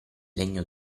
legno